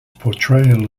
portrayal